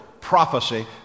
prophecy